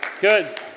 Good